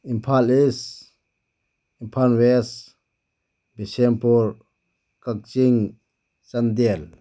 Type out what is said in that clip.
Imphal is Imphal was Bishnupur Kakching Chandel